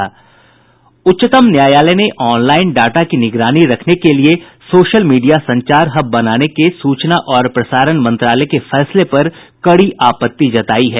उच्चतम न्यायालय ने ऑनलाइन डाटा की निगरानी रखने के लिए सोशल मीडिया संचार हब बनाने के सूचना और प्रसारण मंत्रालय के फैसले पर कड़ी आपत्ति जताई है